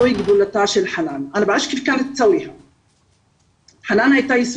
זוהי גדולתה של חנאן אני לא יודעת איך היא עשתה את זה.